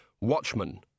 watchmen